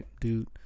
dude